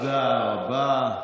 תודה רבה.